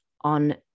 on